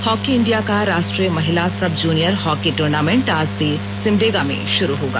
hockey India का राष्ट्रीय महिला सब जूनियर हॉकी टूर्नामेंट आज से सिमडेगा में शुरू होगा